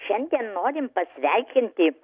šiandien norim pasveikinti